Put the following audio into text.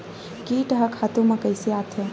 कीट ह खातु म कइसे आथे?